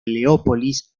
leópolis